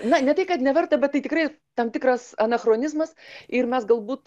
na ne tai kad neverta bet tai tikrai tam tikras anachronizmas ir mes galbūt